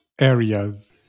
areas